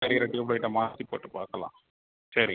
எரியுற ட்யூப்லைட்டை மாற்றி போட்டு பார்க்கலாம் சரி